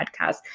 podcast